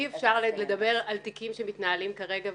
אי אפשר לדבר על תיקים שמתנהלים כרגע,